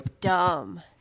dumb